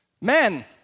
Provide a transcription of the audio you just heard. Men